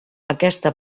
aquesta